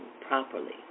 properly